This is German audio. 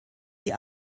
die